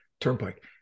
Turnpike